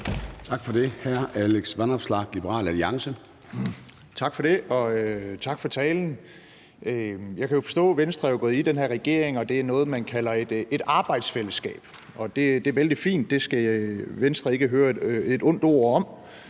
Kl. 13:42 Alex Vanopslagh (LA): Tak for det, og tak for talen. Jeg kan jo forstå, at Venstre er gået ind i den her regering i noget, man kalder et arbejdsfællesskab. Det er vældig fint – det skal Venstre ikke høre et ondt ord om.